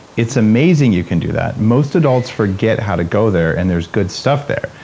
it's amazing you can do that. most adults forget how to go there and there's good stuff there.